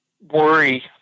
worry